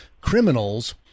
criminals